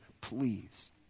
please